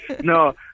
no